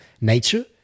nature